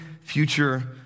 future